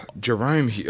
Jerome